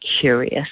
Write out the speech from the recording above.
curious